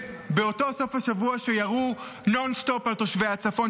באותו סוף שבוע שירו נונסטופ על תושבי הצפון,